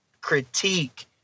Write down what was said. critique